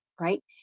right